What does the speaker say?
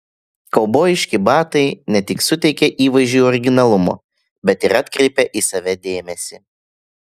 kaubojiški batai ne tik suteikia įvaizdžiui originalumo bet ir atkreipia į save dėmesį